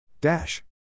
dash